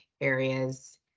areas